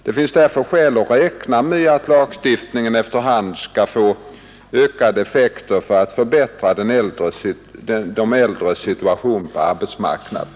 Det finns därför skäl att räkna med att lagstiftningen efter hand skall få ökade effekter för att förbättra de äldres situation på arbetsmarknaden.